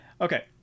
Okay